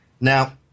Now